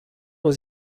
aux